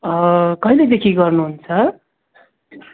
कहिलेदेखि गर्नु हुन्छ